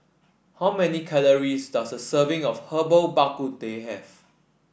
how many calories does a serving of Herbal Bak Ku Teh have